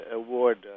award